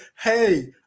hey